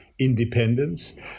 independence